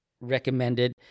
recommended